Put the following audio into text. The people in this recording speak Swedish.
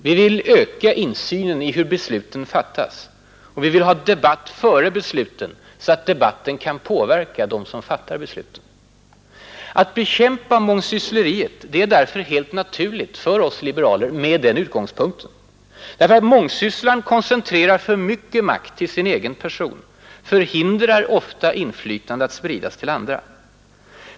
Vi vill öka insynen i hur besluten fattas, och vi vill ha debatt före besluten så att debatten kan påverka dem som fattar besluten. Att bekämpa mångsyssleriet är därför med den utgångspunkten helt naturligt för oss liberaler. Mångsysslaren koncentrerar för mycket makt till sin person, förhindrar ofta inflytandet att spridas till andra.